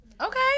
Okay